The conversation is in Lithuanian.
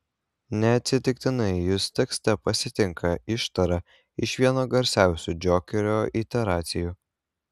neatsitiktinai jus tekste pasitinka ištara iš vieno garsiausių džokerio iteracijų